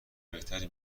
بهتری